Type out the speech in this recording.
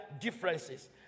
differences